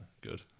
Good